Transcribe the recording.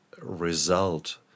result